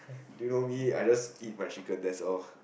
you know me I just eat my chicken that's all